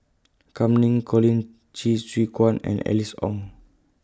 Kam Ning Colin Qi Zhe Quan and Alice Ong